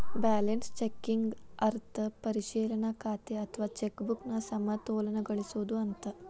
balance checking ಅರ್ಥ ಪರಿಶೇಲನಾ ಖಾತೆ ಅಥವಾ ಚೆಕ್ ಬುಕ್ನ ಸಮತೋಲನಗೊಳಿಸೋದು ಅಂತ